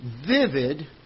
vivid